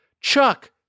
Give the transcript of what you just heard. Chuck